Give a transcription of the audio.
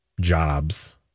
jobs